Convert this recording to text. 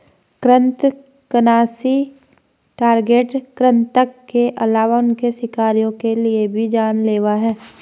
कृन्तकनाशी टारगेट कृतंक के अलावा उनके शिकारियों के लिए भी जान लेवा हैं